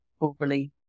overly